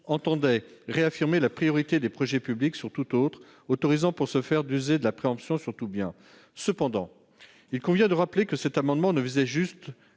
entendait réaffirmer la priorité des projets publics sur tout autre, autorisant, pour ce faire, à user de la préemption sur tout bien. Il convient de rappeler que cet amendement ne visait qu'à